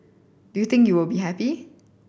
do you think you will be happy